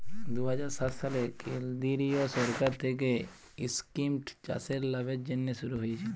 দু হাজার সাত সালে কেলদিরিয় সরকার থ্যাইকে ইস্কিমট চাষের লাভের জ্যনহে শুরু হইয়েছিল